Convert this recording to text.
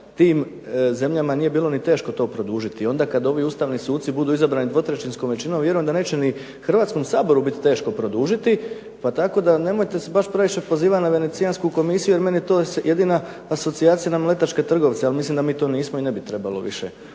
tim zemljama nije bilo to ni teško produžiti. I onda kad ovi ustavni suci budu izabrani dvotrećinskom većinom vjerujem da neće ni Hrvatskom saboru biti teško produžiti. Pa nemojte se baš previše pozivati na Venecijansku komisiju jer meni je to jedina asocijacija na mletačke trgovce, a mislim da mi to nismo i mislim da o tome